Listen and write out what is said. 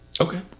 Okay